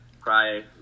cry